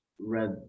read